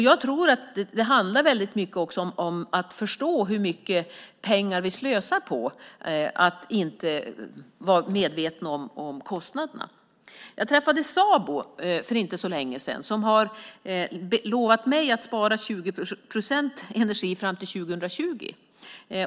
Jag tror att det också handlar väldigt mycket om att förstå hur mycket pengar vi slösar på att inte vara medvetna om kostnaderna. Jag träffade Sabo för inte så länge sedan, som har lovat mig att spara 20 procent energi fram till 2020.